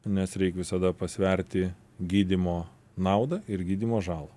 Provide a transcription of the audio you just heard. nes reik visada pasverti gydymo naudą ir gydymo žalą